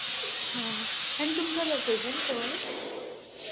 हां आनी तुमचो लॉकेशन खंय